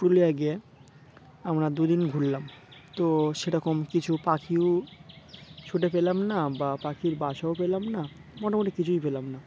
পুরুলিয়ায়ে গিয়ে আমরা দুদিন ঘুরলাম তো সেরকম কিছু পাখিও ছুটে পেলাম না বা পাখির বাসাও পেলাম না মোটামুটি কিছুই পেলাম না